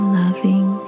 loving